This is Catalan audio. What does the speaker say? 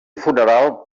funeral